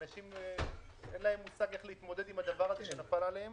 לאנשים אין מושג איך להתמודד עם הדבר הזה שנפל עליהם.